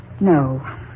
No